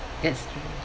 that's true